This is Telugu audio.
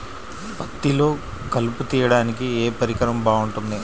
పత్తిలో కలుపు తీయడానికి ఏ పరికరం బాగుంటుంది?